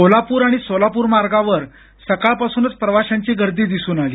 कोल्हापूर आणि सोलापूर मार्गावर सकाळपासूनच प्रवाशांची गर्दी दिसून आली